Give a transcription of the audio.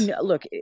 look